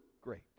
great